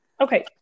Okay